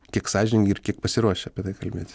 kiek sąžiningi ir kiek pasiruošę apie tai kalbėti